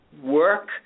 work